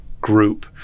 group